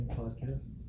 podcast